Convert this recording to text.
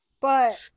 but-